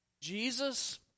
Jesus